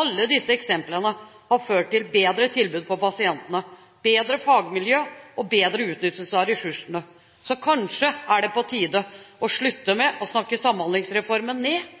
Alle disse eksemplene har ført til bedre tilbud for pasientene, bedre fagmiljøer og bedre utnyttelse av ressursene. Så kanskje det er på tide å slutte med å snakke Samhandlingsreformen ned